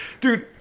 dude